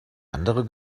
andere